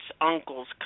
uncles